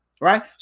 Right